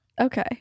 Okay